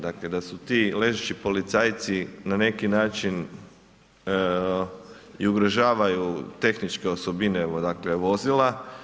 Dakle da su ti ležeći policajci na neki način i ugrožavaju tehničke osobine vozila.